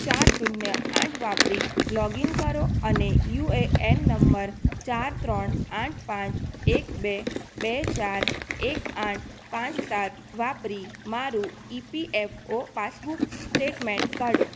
ચાર શૂન્ય આઠ વાપરી લોગઇન કરો અને યુએએન નંબર ચાર ત્રણ આઠ પાંચ એક બે બે ચાર એક આઠ પાંચ સાત વાપરી મારું ઇપીએફઓ પાસબુક સ્ટેટમેન્ટ કાઢો